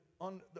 On